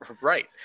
Right